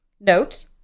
Note